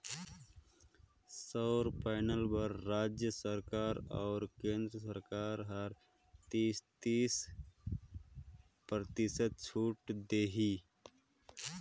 सउर पैनल बर रायज सरकार अउ केन्द्र सरकार हर तीस, तीस परतिसत छूत देही